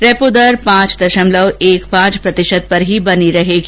repo दर पांच दशमलव एक पांच प्रतिशत पर ही बनी रहेगी